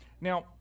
Now